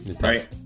Right